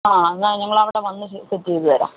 അ എന്നാൽ ഞങ്ങൾ അവിടെ വന്നു സെറ്റ് ചെയ്തു തരാം